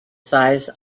size